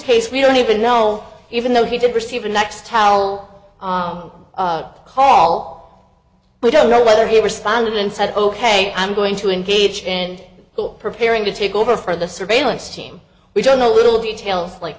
case we don't even know even though he did receive a next towel call we don't know whether he responded and said ok i'm going to engage in preparing to take over for the surveillance team we don't know a little details like